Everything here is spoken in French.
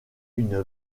une